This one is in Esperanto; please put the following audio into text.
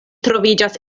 troviĝas